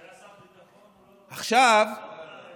כשהוא היה שר ביטחון הוא לא, הוא לא ידע.